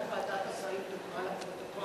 כדאי שהחלטת ועדת השרים תוקרא לפרוטוקול.